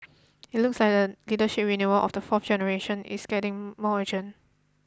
it looks like the leadership renewal of the fourth generation is getting more urgent